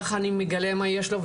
ככה אני מגלה מה יש לו,